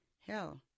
Hell